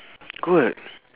good